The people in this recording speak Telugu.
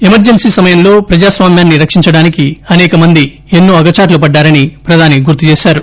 ఎమర్జెన్సీ సమయంలో ప్రజాస్వామ్యాన్ని రక్షించడానికి అనేకమంది అగచాట్లు పడ్డారని ప్రధాని గుర్తుచేశారు